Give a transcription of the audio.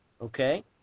Okay